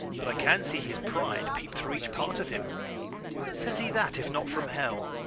but i can see his pride peepe through each part of him whence ha's he that, if not from hell?